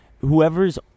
whoever's